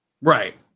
Right